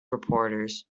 reporters